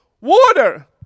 water